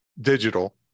digital